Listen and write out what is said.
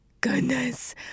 goodness